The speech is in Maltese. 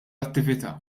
attività